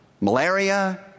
Malaria